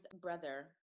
brother